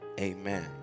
amen